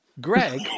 Greg